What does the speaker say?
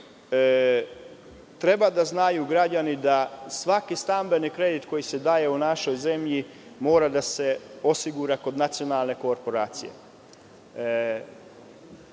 treba da znaju da svaki stambeni kredit koji se daje u našoj zemlji mora da se osigura kod Nacionalne korporacije.